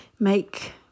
make